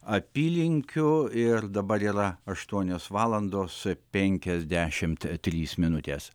apylinkių ir dabar yra aštuonios valandos penkiasdešimt trys minutės